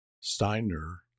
Steiner